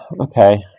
Okay